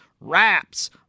wraps